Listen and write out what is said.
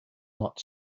not